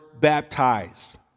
baptized